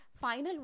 final